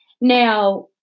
Now